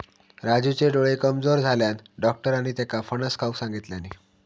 राजूचे डोळे कमजोर झाल्यानं, डाक्टरांनी त्येका फणस खाऊक सांगितल्यानी